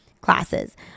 classes